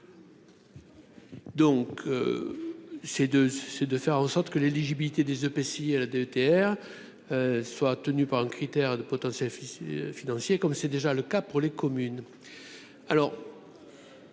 de, c'est de faire en sorte que l'éligibilité des EPCI à la DETR soit tenus par un critère de potentiel financier, comme c'est déjà le cas pour les communes,